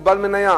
שהוא בעל מניה,